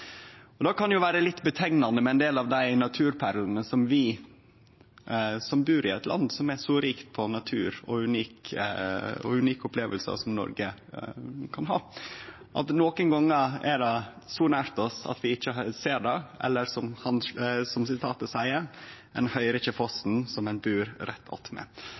ikkje. Det kan vere slåande for ein del av dei naturperlene som vi som bur i eit land som Noreg, som er så rikt på natur og unike opplevingar, har. Nokre gonger er det så nært oss at vi ikkje ser det, eller som Hauge eigentleg seier – ein høyrer ikkje fossen som ein bur rett